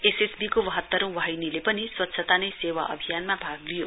एसएसबीको बाहतरौं वाहिनीले पनि स्वच्छता ही सेवा अभियानमा भाग लियो